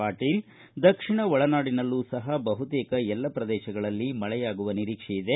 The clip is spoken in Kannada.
ಪಾಟೀಲ ದಕ್ಷಿಣ ಒಳನಾಡಿನಲ್ಲೂ ಸಹ ಬಹುತೇಕ ಎಲ್ಲ ಪ್ರದೇಶಗಳಲ್ಲಿ ಮಳೆಯಾಗುವ ನಿರೀಕ್ಷೆ ಇದೆ